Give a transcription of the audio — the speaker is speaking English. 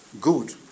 good